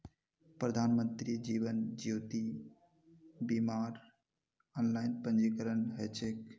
प्रधानमंत्री जीवन ज्योति बीमार ऑनलाइन पंजीकरण ह छेक